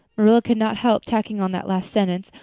marilla could not help tacking on that last sentence,